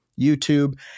YouTube